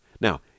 Now